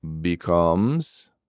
becomes